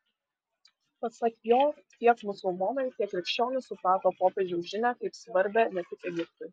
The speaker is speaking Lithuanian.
pasak jo tiek musulmonai tiek krikščionys suprato popiežiaus žinią kaip svarbią ne tik egiptui